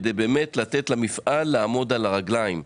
כדי באמת לתת למפעל לעמוד על הרגליים.